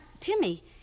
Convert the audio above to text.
Timmy